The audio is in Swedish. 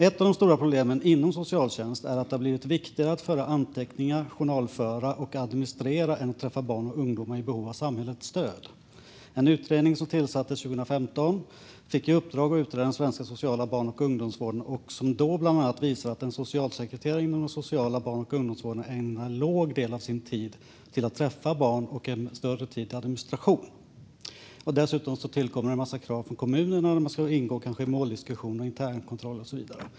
Ett av de stora problemen inom socialtjänsten är att det har blivit viktigare att föra anteckningar, journalföra och administrera än att träffa barn och ungdomar i behov av samhällets stöd. En utredning som tillsattes 2015 fick i uppdrag att utreda den svenska sociala barn och ungdomsvården. Den visar bland annat att en socialsekreterare inom den sociala barn och ungdomsvården ägnar en mindre del av sin tid till att träffa barn och en större tid till administration. Dessutom tillkommer en massa krav från kommunerna att kanske delta i måldiskussioner, internkontroll och så vidare.